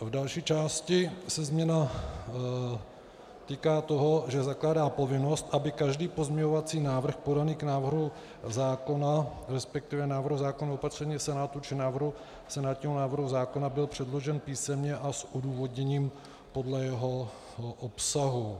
V další části se změna týká toho, že zakládá povinnost, aby každý pozměňovací návrh podaný k návrhu zákona, resp. k návrhu zákonného opatření Senátu či návrhu senátního návrhu zákona, byl předložen písemně a s odůvodněním podle jeho obsahu.